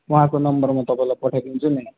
उहाँको नम्बर म तपाईँलाई पठाइदिन्छु नि